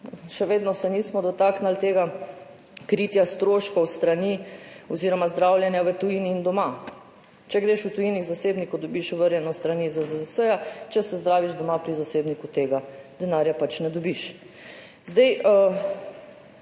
še vedno nismo dotaknili tega kritja stroškov zdravljenja v tujini in doma. Če greš v tujini k zasebniku, dobiš vrnjeno s strani ZZZS, če se zdraviš doma pri zasebniku, tega denarja pač ne dobiš.